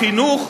החינוך.